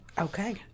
Okay